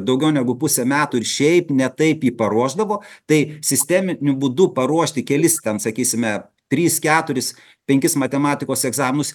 daugiau negu pusę metų ir šiaip ne taip jį paruošdavo tai sisteminiu būdu paruošti kelis ten sakysime trys keturis penkis matematikos egzaminus